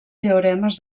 teoremes